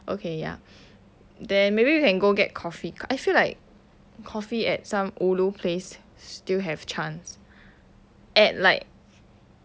okay ya then maybe we can go get coffee I feel like coffee at some ulu place still have chance at like